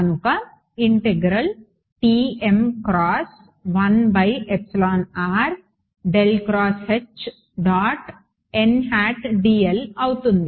కనుక అవుతుంది